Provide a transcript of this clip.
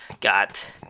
got